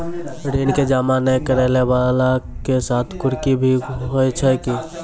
ऋण के जमा नै करैय वाला के साथ कुर्की भी होय छै कि?